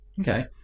Okay